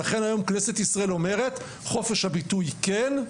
לכן היום כנסת ישראל אומרת: חופש הביטוי כן,